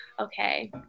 Okay